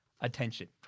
attention